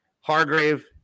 Hargrave